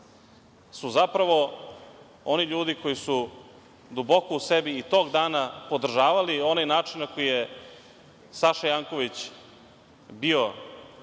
su zapravo oni ljudi koji su duboko u sebi i tog dana podržavali onaj način na koji je Saša Janković bio